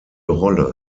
rolle